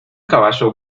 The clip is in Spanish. caballo